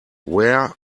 where